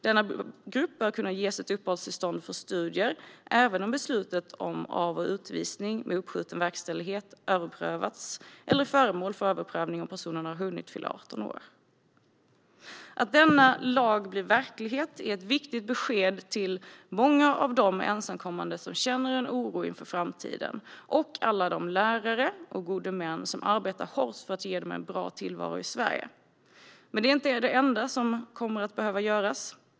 Denna grupp bör kunna ges ett uppehållstillstånd för studier även om beslutet om av eller utvisning med uppskjuten verkställighet har överprövats eller är föremål för överprövning och personen har hunnit fylla 18 år. Att denna lag blir verklighet är ett viktigt besked till många av de ensamkommande som känner oro inför framtiden och till alla de lärare och gode män som arbetar hårt med att ge dem en bra tillvaro i Sverige. Men det är inte det enda som kommer att behöva göras.